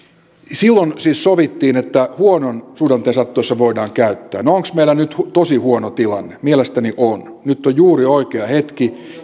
silloin siis sovittiin että huonon suhdanteen sattuessa voidaan käyttää no onko meillä nyt tosi huono tilanne mielestäni on nyt on juuri oikea hetki